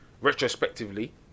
retrospectively